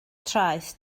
traeth